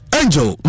angel